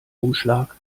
umschlag